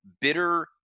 bitter